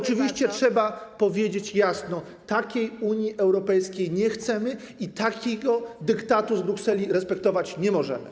Oczywiście trzeba powiedzieć jasno: takiej Unii Europejskiej nie chcemy i takiego dyktatu z Brukseli respektować nie możemy.